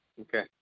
Okay